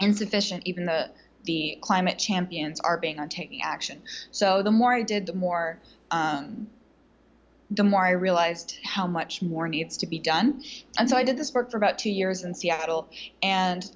insufficient even the the climate champions are being on taking action so the more i did the more demar i realized how much more needs to be done and so i did this work for about two years in seattle and